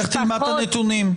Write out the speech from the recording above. לך תלמד את הנתונים.